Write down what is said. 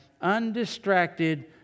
undistracted